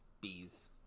Bees